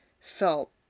felt